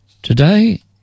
Today